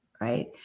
Right